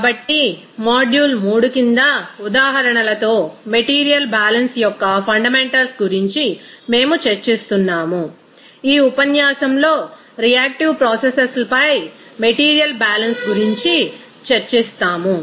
కాబట్టి మాడ్యూల్ 3 కింద ఉదాహరణలతో మెటీరియల్ బ్యాలెన్స్ యొక్క ఫండమెంటల్స్ గురించి మేము చర్చిస్తున్నాము ఈ ఉపన్యాసంలో రియాక్టివ్ ప్రాసెస్లపై మెటీరియల్ బ్యాలెన్స్ గురించి చర్చిస్తాము